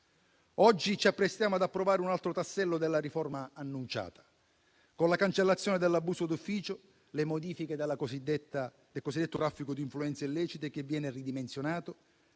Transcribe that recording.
Oggi ci apprestiamo ad approvare un altro tassello della riforma annunciata, con la cancellazione dell'abuso d'ufficio; le modifiche al cosiddetto traffico di influenze illecite, che viene ridimensionato;